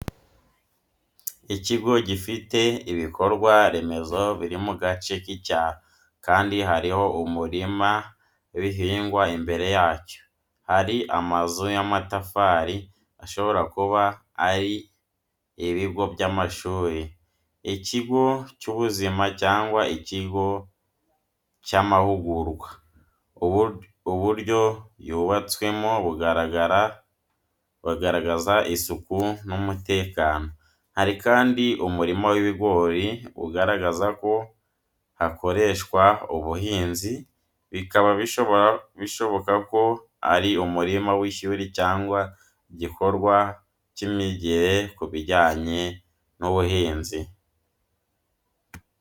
Ikigo gifite ibikorwa remezo biri mu gace k'icyaro, kandi hariho umurima w’ibihingwa imbere yacyo. Hari amazu y’amatafari ashobora kuba ari ibigo by’amashuri, ikigo cy’ubuzima cyangwa ikigo cy’amahugurwa, uburyo yubatswemo bugaragaza isuku n'umutekano. Hari kandi umurima w'ibigori ugaragaza ko hakoreshwa ubuhinzi bikaba bishoboka ko ari umurima w’ishuri cyangwa igikorwa cy’imyigire ku bijyanye n’ubuhinzi.